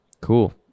cool